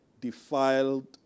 Defiled